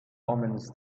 omens